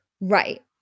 Right